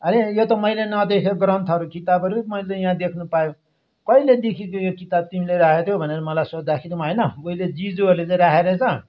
अरे यो त मैले नदेखेको ग्रन्थहरू किताबहरू मैले त यहाँ देख्नु पायो कहिलेदेखिको यो किताब तिमीले राखेको थियौ भनेर मलाई सोद्धाखेरि म होइन उहिले जिजूहरूले चाहिँ राखेको रहेछ